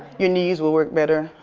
your knees will work better.